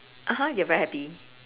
(uh huh) you're very happy